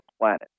planet